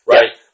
Right